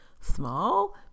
small